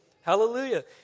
Hallelujah